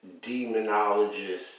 demonologist